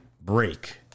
break